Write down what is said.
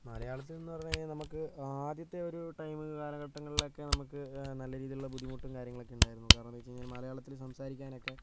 മലയാളത്തിലെന്നു പറഞ്ഞുകഴിഞ്ഞാൽ നമുക്ക് ആദ്യത്തെ ഒരു ടൈം കാലഘട്ടങ്ങളിലൊക്കെ നമുക്ക് നല്ല രീതിയിലുള്ള ബുദ്ധിമുട്ടും കാര്യങ്ങളൊക്കെ ഉണ്ടായിരുന്നു കാരണെന്താ വെച്ച് കഴിഞ്ഞാൽ മലയാളത്തിൽ സംസാരിക്കാനൊക്കെ